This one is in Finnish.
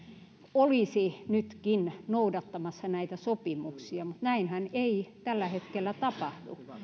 olisi nytkin noudattamassa näitä sopimuksia mutta näinhän ei tällä hetkellä